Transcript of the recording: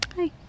hi